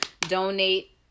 donate